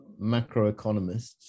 macroeconomists